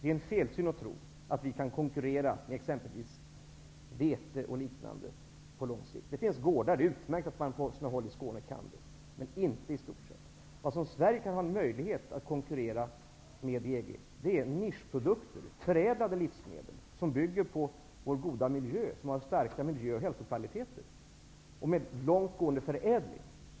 Det är en felsyn att tro att Sveige kan konkurrera med t.ex. vete på lång sikt. Det finns på sina håll gårdar i Skåne som kan det, och det är utmärkt -- men det går inte i stort sett. Sverige kan ha en möjlighet att konkurrera i EG med nischprodukter, dvs. förädlade livsmedel som bygger på starka miljö och hälsokvaliteter.